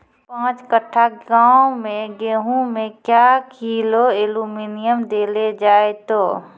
पाँच कट्ठा गांव मे गेहूँ मे क्या किलो एल्मुनियम देले जाय तो?